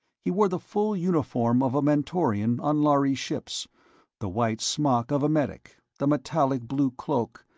he wore the full uniform of a mentorian on lhari ships the white smock of a medic, the metallic blue cloak,